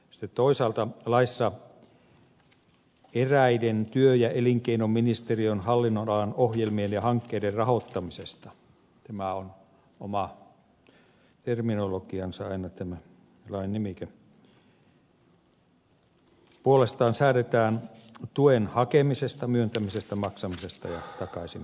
sitten toisaalta laissa eräiden työ ja elinkeinoministeriön hallinnonalan ohjelmien ja hankkeiden rahoittamisesta tämä on oma terminologiansa aina tämä lain nimike puolestaan säädetään tuen hakemisesta myöntämisestä maksamisesta ja takaisinperinnästä